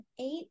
eight